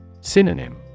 Synonym